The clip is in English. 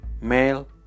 Male